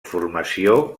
formació